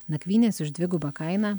nakvynės už dvigubą kainą